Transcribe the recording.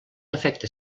efecte